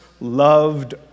loved